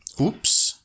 Oops